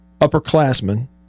upperclassmen